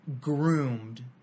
groomed